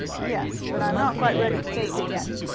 yes, but i am not quite ready to take it yet.